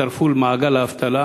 הצטרפו למעגל האבטלה